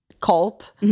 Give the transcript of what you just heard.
cult